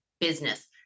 business